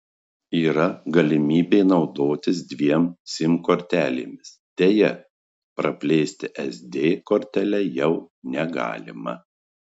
yra galimybė naudotis dviem sim kortelėmis deja praplėsti sd kortele jau negalima